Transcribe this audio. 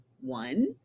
One